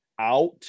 out